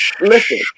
Listen